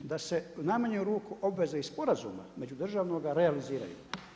da se u najmanju ruku obveze iz sporazuma međudržavnoga realiziraju.